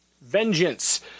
Vengeance